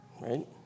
right